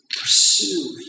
pursue